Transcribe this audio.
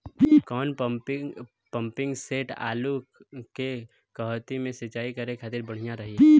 कौन pumping set आलू के कहती मे सिचाई करे खातिर बढ़िया रही?